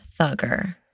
Thugger